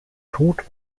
tod